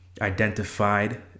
identified